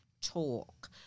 talk